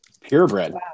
Purebred